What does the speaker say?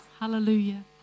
Hallelujah